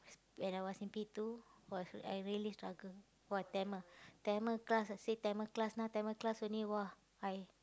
when I was in P two !wah! I really struggle !wah! Tamil Tamil class I see Tamil class now Tamil class only !wah! I